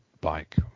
bike